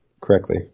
Correctly